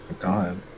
God